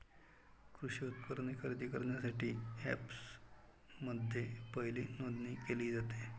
कृषी उपकरणे खरेदी करण्यासाठी अँपप्समध्ये पहिली नोंदणी केली जाते